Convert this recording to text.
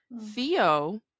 theo